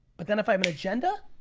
but then if i have an agenda,